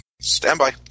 standby